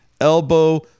Elbow